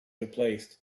replaced